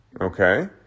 okay